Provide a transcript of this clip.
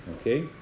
Okay